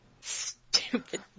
Stupid